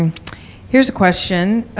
here's a question.